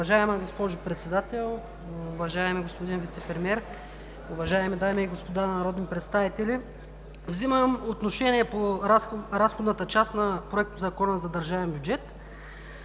Уважаема госпожо Председател, уважаеми господин Вицепремиер, уважаеми дами и господа народни представители! Взимам отношение по разходната час на Законопроекта за държавен бюджет